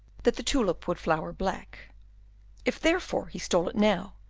that the tulip would flower black if, therefore, he stole it now,